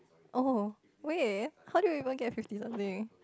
oh wait how do you even get fifty something